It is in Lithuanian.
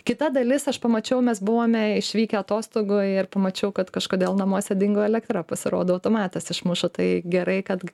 kita dalis aš pamačiau mes buvome išvykę atostogų ir pamačiau kad kažkodėl namuose dingo elektra pasirodo automatas išmuša tai gerai kad